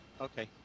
Okay